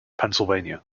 pennsylvania